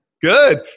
Good